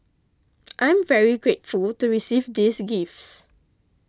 I'm very grateful to receive these gifts